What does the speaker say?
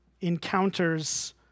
encounters